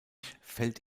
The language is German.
fällt